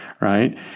right